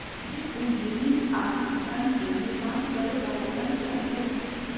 वित्तीय पूंजी ऋण आर धन के निर्माण करे वला धन के अन्य रूप हय